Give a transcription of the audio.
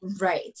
Right